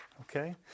okay